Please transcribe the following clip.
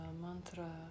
mantra